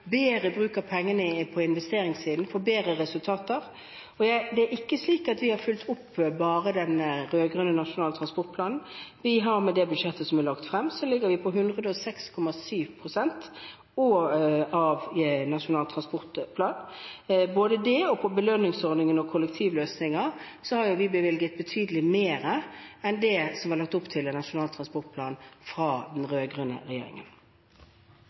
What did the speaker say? bedre bruk av pengene på investeringssiden, få bedre resultater. Det er ikke slik at vi bare har fulgt opp den rød-grønne nasjonale transportplanen. Med det budsjettet som er lagt frem, ligger vi på 106,7 pst. av Nasjonal transportplan. Både det og på belønningsordningen og kollektivløsninger har vi bevilget betydelig mer enn det som det var lagt opp til i Nasjonal transportplan fra den rød-grønne regjeringen.